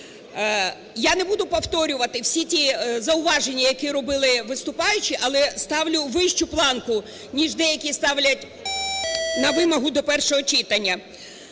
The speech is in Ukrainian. Я не буду повторювати всі ті зауваження, які робили виступаючі, але ставлю вищу планку, ніж деякі ставлять на вимогу до першого читання.